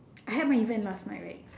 I had my event last night right